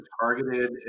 targeted